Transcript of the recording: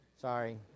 Sorry